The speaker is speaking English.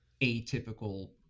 atypical